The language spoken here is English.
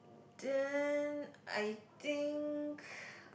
then I think